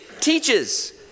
teaches